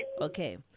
Okay